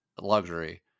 luxury